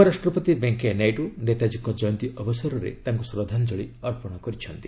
ଉପରାଷ୍ଟ୍ରପତି ଭେଙ୍କିୟା ନାଇଡ଼ୁ ନେତାଜୀଙ୍କ ଜୟନ୍ତୀ ଅବସରରେ ତାଙ୍କୁ ଶ୍ରଦ୍ଧାଞ୍ଜଳି ଅର୍ପଣ କରିଛନ୍ତି